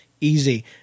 easy